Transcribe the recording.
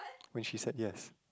when she said yes